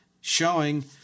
showing